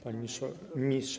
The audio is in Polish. Panie Ministrze!